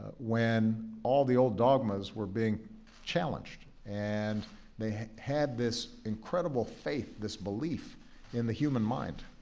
when all the old dogmas were being challenged. and they had this incredible faith, this belief in the human mind,